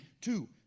Two